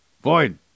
Void